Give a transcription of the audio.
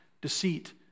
deceit